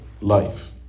life